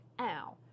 ow